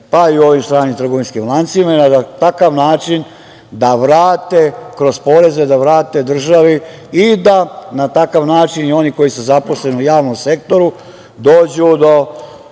pa i u ovim stranim trgovačkim lancima i da na takav način, da vrate kroz poreze državi i da na takav način oni koji se zaposle u javnom sektoru dođu na